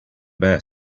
best